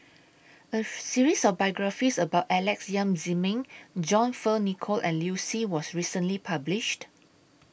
A series of biographies about Alex Yam Ziming John Fearns Nicoll and Liu Si was recently published